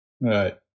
Right